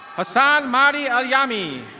hassan mary al yami.